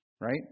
Right